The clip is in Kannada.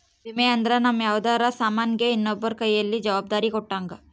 ವಿಮೆ ಅಂದ್ರ ನಮ್ ಯಾವ್ದರ ಸಾಮನ್ ಗೆ ಇನ್ನೊಬ್ರ ಕೈಯಲ್ಲಿ ಜವಾಬ್ದಾರಿ ಕೊಟ್ಟಂಗ